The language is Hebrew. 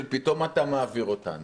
של פתאום אתה מעביר אותנו.